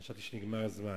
חשבתי שנגמר הזמן.